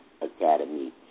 Academy